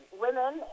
Women